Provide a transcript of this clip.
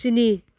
स्नि